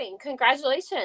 Congratulations